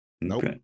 Nope